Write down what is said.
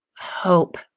hope